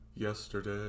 Yesterday